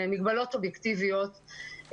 מגבלות אובייקטיביות,